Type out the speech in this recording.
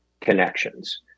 connections